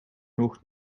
nog